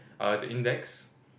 uh the index